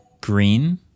green